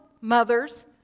mothers